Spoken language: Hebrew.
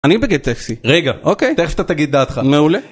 אני בגט טקסי. רגע, אוקיי, תכף אתה תגיד דעתך. מעולה.